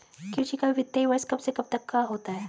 कृषि का वित्तीय वर्ष कब से कब तक होता है?